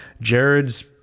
Jared's